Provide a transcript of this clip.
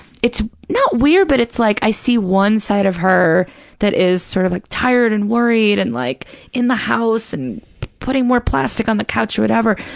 it's not weird, but it's like i see one side of her that is sort of like tired and worried and like in the house and putting more plastic on the couch or whatever,